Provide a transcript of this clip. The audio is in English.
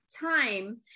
time